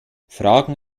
fragen